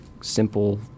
simple